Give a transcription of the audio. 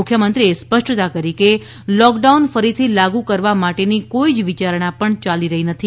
મુખ્યમંત્રીએ સ્પષ્ટતા કરી છે કે લોકડાઉન ફરીથી લાગુ કરવા માટેની કોઇ જ વિયારણા પણ યાલી રહી નથી